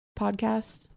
podcast